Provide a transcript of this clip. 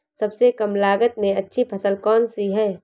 सबसे कम लागत में अच्छी फसल कौन सी है?